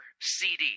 CD